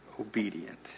obedient